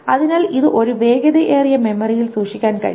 അതിനാൽ ഇത് ഒരു വേഗതയേറിയ മെമ്മറിയിൽ സൂക്ഷിക്കാൻ കഴിയും